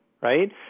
right